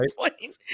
right